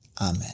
Amen